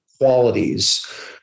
qualities